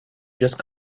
just